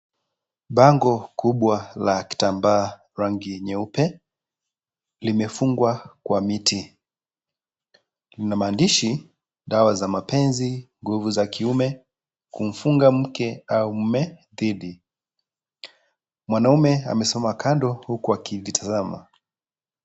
Bango kubwa la kitambaa rangi nyeupe limefungwa kwa miti na maandishi dawa za mapenzi, nguvu za kiume, kumfunga mke au mume dhidi. Mwanamume amesimama kando huku akivitazama.